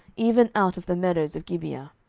even out of the meadows of gibeah.